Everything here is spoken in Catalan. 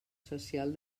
social